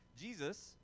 Jesus